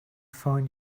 find